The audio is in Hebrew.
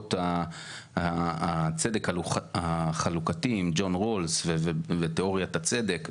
מקורות הצדק החלוקתי עם ג'ון רולס ותיאוריית הצדק,